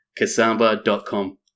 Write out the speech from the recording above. Kasamba.com